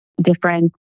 different